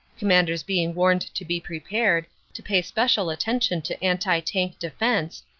commanders being warned to be prepared, to pay spe cial attention to anti-tank defense,